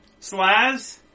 Slaz